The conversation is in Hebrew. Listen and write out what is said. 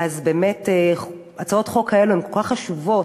הצעות החוק האלו הן כל כך חשובות,